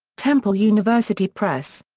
temple university press.